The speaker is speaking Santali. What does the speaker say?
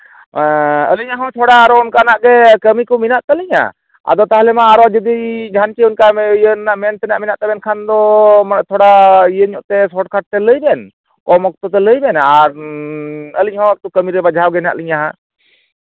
ᱟᱞᱤᱧᱟᱜ ᱦᱚᱸ ᱛᱷᱚᱲᱟ ᱟᱨᱚ ᱚᱱᱠᱟᱱᱟᱜ ᱜᱮ ᱠᱟᱹᱢᱤ ᱠᱚ ᱢᱮᱱᱟᱜ ᱛᱟᱞᱤᱧᱟ ᱟᱫᱚ ᱛᱟᱦᱚᱞᱮ ᱢᱟ ᱟᱨᱚ ᱡᱩᱫᱤ ᱡᱟᱦᱟᱱ ᱠᱤᱪᱷᱩ ᱚᱱᱠᱟ ᱢᱮᱱ ᱨᱮᱱᱟᱜ ᱢᱮᱱ ᱛᱮᱱᱟᱜ ᱢᱮᱱᱟᱜ ᱛᱟᱵᱮᱱ ᱠᱷᱟᱱ ᱫᱚ ᱢᱟ ᱛᱷᱚᱲᱟ ᱤᱭᱟᱹ ᱧᱚᱜ ᱛᱮ ᱥᱚᱴ ᱠᱷᱟᱴ ᱛᱮ ᱞᱟᱹᱭ ᱵᱮᱱ ᱠᱚᱢ ᱚᱠᱛᱚ ᱛᱮ ᱞᱟᱹᱭ ᱵᱮᱱ ᱟᱨ ᱮᱠᱴᱩ ᱠᱟᱹᱢᱤ ᱨᱮ ᱵᱟᱸᱫᱷᱟᱣ ᱜᱮ ᱦᱮᱱᱟᱜ ᱞᱤᱧᱟᱹ ᱦᱟᱸᱜ